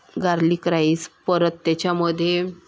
garlic rice परत त्याच्यामध्ये